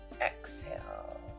exhale